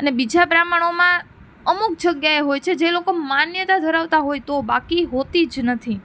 અને બીજા બ્રાહ્મણોમાં અમુક જગ્યાએ હોય છે જે લોકો માન્યતા ધરાવતા હોય તો બાકી હોતી જ નથી